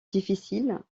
difficile